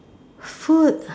food